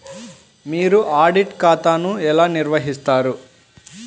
మీరు ఆడిట్ ఖాతాను ఎలా నిర్వహిస్తారు?